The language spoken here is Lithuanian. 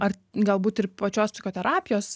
ar galbūt ir pačios psichoterapijos